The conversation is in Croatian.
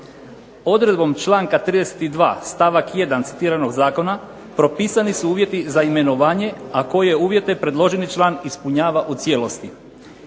Odredbom članka 32. stavak 1. citiranog zakona propisani su uvjeti za imenovanje, a koje uvjete predloženi član ispunjava u cijelosti.